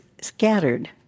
scattered